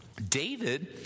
David